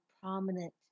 prominent